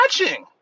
watching